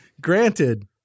Granted